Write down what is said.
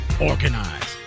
organized